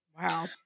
wow